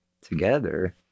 together